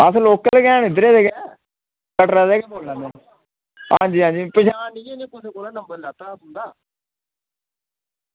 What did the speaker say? अस लोकल गै न इद्धरै दे गै कटरा दा गै बोल्ला नै पन्छान निं ऐ में कुसै कोला नंबर लैता हा थुआढ़ा